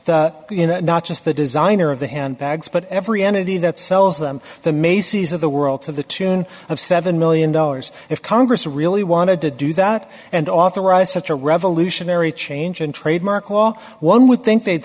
you know not just the designer of the handbags but every entity that sells them the macy's of the world to the tune of seven million dollars if congress really wanted to do that and authorize such a revolutionary change in trademark law one would think they'd